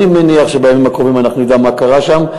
אני מניח שבימים הקרובים אנחנו נדע מה קרה שם.